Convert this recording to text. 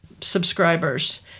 subscribers